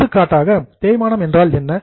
எடுத்துக்காட்டாக தேய்மானம் என்றால் என்ன